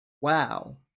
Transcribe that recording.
wow